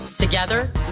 Together